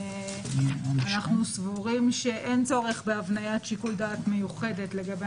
אנו סבורים שאין צורך בהבניית שיקול דעת מיוחדת לגבי